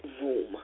room